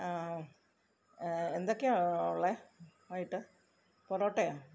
എന്തൊക്കെയാ ഉള്ളെ വൈകിട്ട് പൊറാട്ടയാ